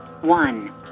one